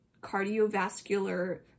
cardiovascular